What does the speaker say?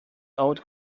old